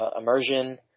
immersion